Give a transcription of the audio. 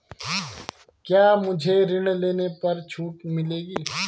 क्या मुझे ऋण लेने पर छूट मिलेगी?